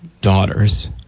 daughters